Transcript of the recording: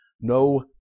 no